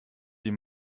die